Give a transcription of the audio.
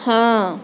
ہاں